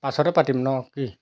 পাছতে পাতিম ন কি